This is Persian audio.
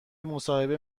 مصاحبه